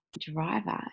driver